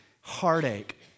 heartache